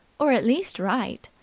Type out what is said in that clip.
or at least write?